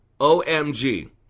OMG